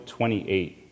28